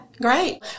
great